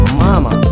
mama